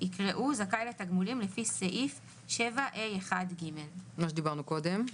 יקראו "זכאי לתגמולים לפי סעיף 7ה1(ג)"." זה מה שדיברנו עליו קודם.